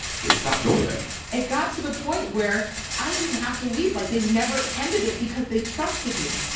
they stopped doing that it got to the point where i didn't have to leave. like, they never ended it because they trusted me.